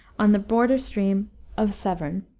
on the border stream of severn.